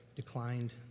Declined